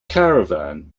caravan